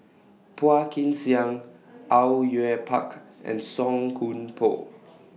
Phua Kin Siang Au Yue Pak and Song Koon Poh